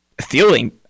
feeling